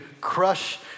crush